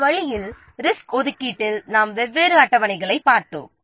இந்த வழியில் ரிசோர்ஸ் ஒதுக்கீட்டில் நாம் வெவ்வேறு அட்டவணைகளைப் பார்த்தோம்